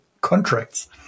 contracts